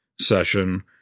session